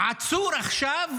עצור עכשיו